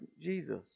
Jesus